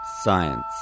Science